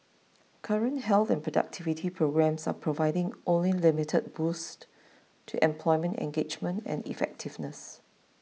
current health and productivity programmes are providing only limited boosts to employment engagement and effectiveness